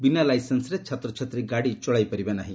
ବିନା ଲାଇସେନ୍ପରେ ଛାତ୍ରଛାତ୍ରୀ ଗାଡ଼ି ଚଳାଇପାରିବେ ନାହି